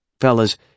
Fellas